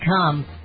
come